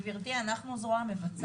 גברתי, אנחנו זרוע מבצעת.